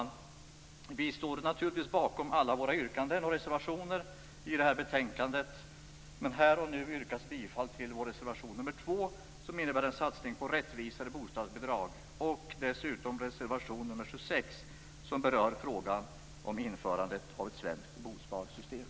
Vi kristdemokrater står naturligtvis bakom alla våra yrkanden och reservationer i det här betänkandet, men här och nu yrkas bifall till vår reservation nr 2, som innebär en satsning på rättvisare bostadsbidrag och dessutom till reservation nr 26, som berör frågan om införandet av ett svenskt bosparsystem.